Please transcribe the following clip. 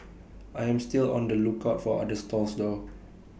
I am still on the lookout for other stalls though